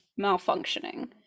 malfunctioning